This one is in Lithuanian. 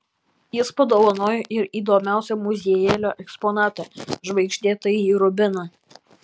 jis padovanojo ir įdomiausią muziejėlio eksponatą žvaigždėtąjį rubiną